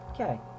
Okay